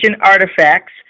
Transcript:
artifacts